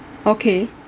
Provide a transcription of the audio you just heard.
okay